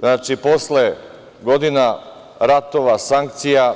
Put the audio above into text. Znači, posle godina ratova, sankcija,